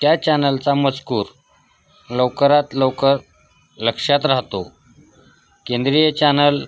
त्या चॅनलचा मजकूर लवकरात लवकर लक्षात राहतो केंद्रीय चॅनल